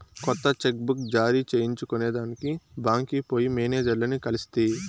కొత్త cheque book జారీ చేయించుకొనేదానికి బాంక్కి పోయి మేనేజర్లని కలిస్తి